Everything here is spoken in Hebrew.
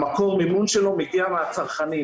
מקור המימון שלו מגיע מהצרכנים.